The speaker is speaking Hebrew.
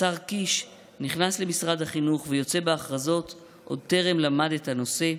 השר קיש נכנס למשרד החינוך ויוצא בהכרזות עוד טרם למד את הנושא.